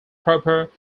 proper